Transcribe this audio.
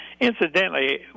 incidentally